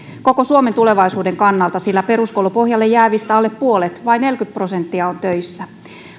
koko suomen tulevaisuuden kannalta sillä peruskoulupohjalle jäävistä alle puolet vain neljäkymmentä prosenttia on töissä